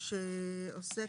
שעוסק